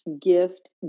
gift